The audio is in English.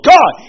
God